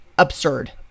absurd